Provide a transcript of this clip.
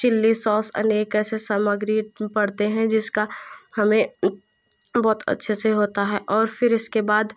chilli sauce अनेक ऐसे सामग्री पड़ते हैं जिसका हमें एक बहुत अच्छे से होता है और फिर इसके बाद